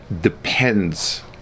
depends